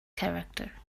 character